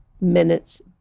minutes